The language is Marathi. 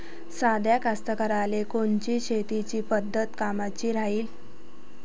साध्या कास्तकाराइले कोनची शेतीची पद्धत कामाची राहीन?